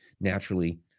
naturally